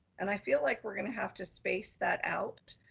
and i feel like we're gonna have to space that out,